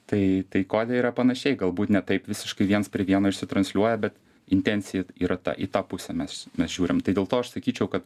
tai tai kode yra panašiai galbūt ne taip visiškai viens prie vieno išsitransliuoja bet intensija yra ta į tą pusę mes mes žiūrim tai dėl to aš sakyčiau kad